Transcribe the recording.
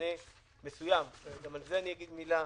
ומענה מסוים, וגם על זה אני אגיד מילה,